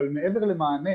אבל למענה,